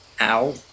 Ow